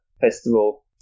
festival